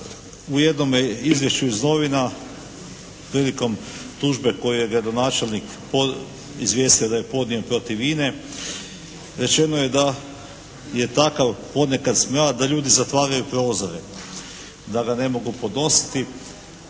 u jednome izvješću iz novina prilikom tužbe koju je gradonačelnik izvijestio da je podnio protiv INA-e rečeno je da je takav ponekad smrad da ljudi zatvaraju prozore, da ga ne mogu podnositi.